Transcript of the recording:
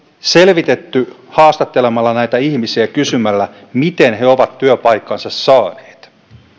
selvitetty haastattelemalla näitä ihmisiä ja kysymällä miten he ovat työpaikkansa saaneet